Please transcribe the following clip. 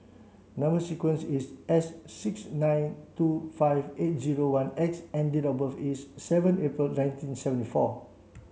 number sequence is S six nine two five eight zero one X and date of birth is seven April nineteen seventy four